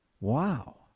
wow